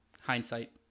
hindsight